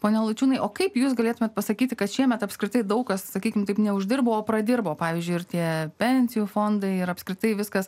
pone laučiūnai o kaip jūs galėtumėte pasakyti kad šiemet apskritai daug kas sakykime taip neuždirbo o pradirbo pavyzdžiui ir tie pensijų fondai ir apskritai viskas